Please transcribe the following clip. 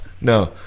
no